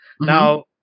now